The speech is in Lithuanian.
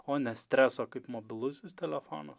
o ne streso kaip mobilusis telefonas